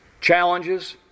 challenges